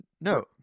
No